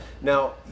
Now